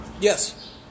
yes